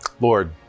Lord